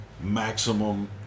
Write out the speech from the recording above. maximum